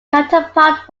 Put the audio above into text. counterpart